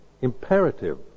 imperative